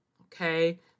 Okay